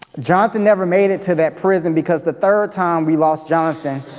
jonathan never made it to that prison, because the third time we lost jonathan,